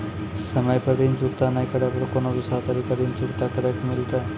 समय पर ऋण चुकता नै करे पर कोनो दूसरा तरीका ऋण चुकता करे के मिलतै?